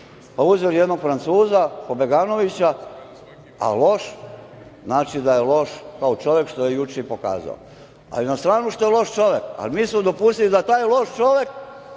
pa uzeli jednog Francuza pobeganovića, a loš znači da je loš kao čovek, što je juče i pokazao. Ali, na stranu što je loš čovek, mi smo dopustili da taj loš čovek